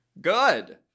Good